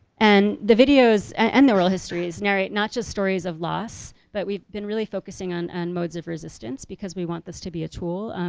and the videos and they're all histories. not not just stories of loss, but we've been really focusing on and modes of resistance, because we want this to be a tool.